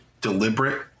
deliberate